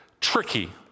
tricky